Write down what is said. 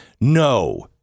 No